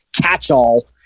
catch-all